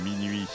minuit